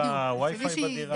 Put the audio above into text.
היא צריכה wifi בדירה,